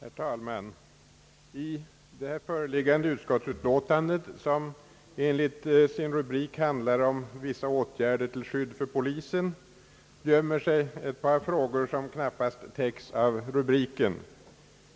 Herr talman! I det föreliggande utskottsutlåtandet, som enligt sin rubrik handlar om >»vissa åtgärder till skydd för polisen», gömmer sig ett par frågor som knappast täcks av rubriken.